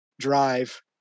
drive